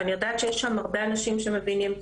שאני יודעת שיש שם הרבה אנשים שמבינים,